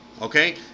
okay